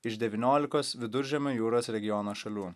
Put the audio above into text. iš devyniolikos viduržemio jūros regiono šalių